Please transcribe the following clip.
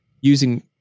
using